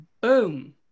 boom